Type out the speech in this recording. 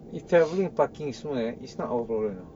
if travelling and parking is is not our problem you know